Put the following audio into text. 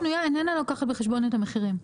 ההכנסה הפנויה איננה לוקחת בחשבון את המחירים.